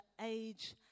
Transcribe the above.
age